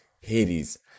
Hades